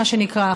מה שנקרא,